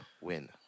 win